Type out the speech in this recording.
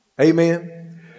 amen